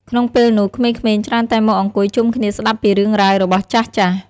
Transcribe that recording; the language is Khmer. ក្នុងពេលនោះ ក្មេងៗច្រើនតែមកអង្គុយជុំគ្នាស្ដាប់ពីរឿងរ៉ាវរបស់ចាស់ៗ។